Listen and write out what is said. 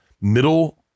middle